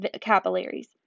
capillaries